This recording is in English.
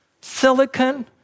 silicon